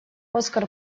оскар